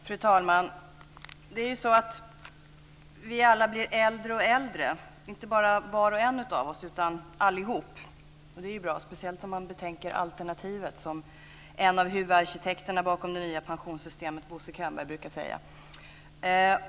Fru talman! Vi blir alla äldre och äldre, och inte bara var och en av oss utan allihop. Det är ju bra, speciellt om man betänker alternativet som en av huvudarkitekterna bakom det nya pensionssystemet, Bosse Könberg, brukar säga.